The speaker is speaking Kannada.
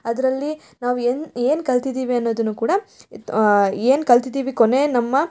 ಅದರಲ್ಲಿ ನಾವು ಏನ್ ಏನು ಕಲ್ತಿದ್ದೀವಿ ಅನ್ನೋದನ್ನು ಕೂಡ ಏನು ಕಲ್ತಿದ್ದೀವಿ ಕೊನೇ ನಮ್ಮ